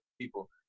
people